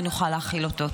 ונוכל להחיל אותו.